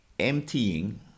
Emptying